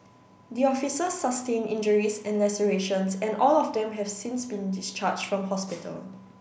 the officers sustain injuries and lacerations and all of them have since been discharge from hospital